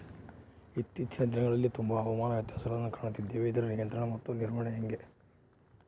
ಇತ್ತೇಚಿನ ದಿನಗಳಲ್ಲಿ ತುಂಬಾ ಹವಾಮಾನ ವ್ಯತ್ಯಾಸಗಳನ್ನು ಕಾಣುತ್ತಿದ್ದೇವೆ ಇದರ ನಿಯಂತ್ರಣ ಮತ್ತು ನಿರ್ವಹಣೆ ಹೆಂಗೆ?